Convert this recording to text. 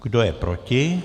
Kdo je proti?